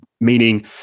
Meaning